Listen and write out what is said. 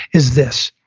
is this.